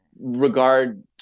regard